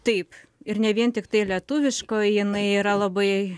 taip ir ne vien tiktai lietuviško jinai yra labai